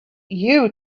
you